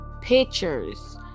pictures